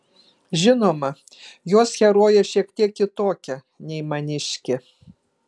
žinoma jos herojė šiek tiek kitokia nei maniškė